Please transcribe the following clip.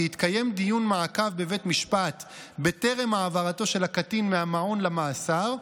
כי יתקיים דיון מעקב בבית המשפט בטרם העברתו של הקטין מהמעון למאסר,